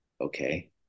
okay